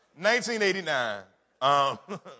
1989